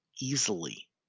easily